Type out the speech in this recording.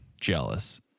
jealous